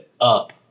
up